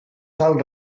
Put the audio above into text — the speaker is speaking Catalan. sal